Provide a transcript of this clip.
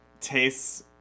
tastes